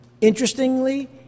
Interestingly